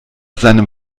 seinem